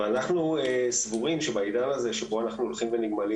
אנחנו סבורים שבעידן אנחנו שבו אנחנו הולכים ונגמלים